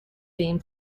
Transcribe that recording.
being